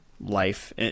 life